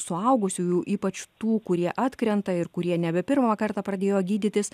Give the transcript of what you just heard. suaugusiųjų ypač tų kurie atkrenta ir kurie nebe pirmą kartą pradėjo gydytis